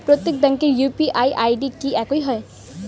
প্রত্যেক ব্যাংকের UPI ID কি একই হয়?